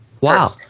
Wow